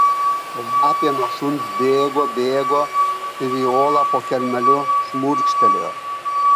lapė nuo šuns bėgo bėgo ir į olą po kelmeliu šmurkštelėjo